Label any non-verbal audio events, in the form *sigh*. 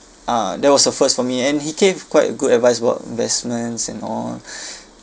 ah that was a first for me and he gave quite a good advice about investments and all *breath*